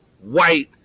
white